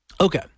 Okay